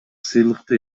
сыйлыкты